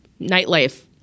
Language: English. nightlife